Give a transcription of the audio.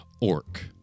orc